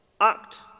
act